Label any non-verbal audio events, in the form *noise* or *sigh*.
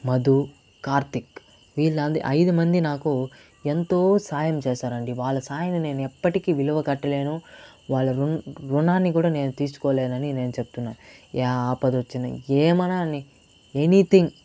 మధు కార్తిక్ వీళ్లు *unintelligible* ఐదుమంది నాకు ఎంతో సాయం చేశారండి వాళ్ళ సాయం నేను ఎప్పటికీ విలువ కట్టలేను వాళ్ల రుణ రుణాన్ని కూడా నేను తీర్చుకోలేను అని నేను చెప్తున్నా యా ఆపద వచ్చిన ఏమైనా రాని ఎనీథింగ్